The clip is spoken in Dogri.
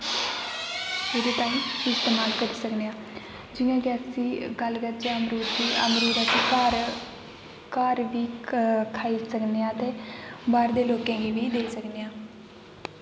एह्दे ताईं इस्तमाल करी सकने आं जियां कि अस गल्ल करचै अमरूद दी घर घर बी खाई सकने आं ते बाह्र दे लोकें गी बी देई सकने आं